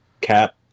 Cap